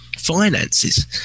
Finances